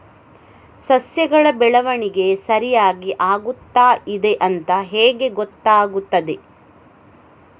ಸಸ್ಯಗಳ ಬೆಳವಣಿಗೆ ಸರಿಯಾಗಿ ಆಗುತ್ತಾ ಇದೆ ಅಂತ ಹೇಗೆ ಗೊತ್ತಾಗುತ್ತದೆ?